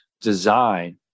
design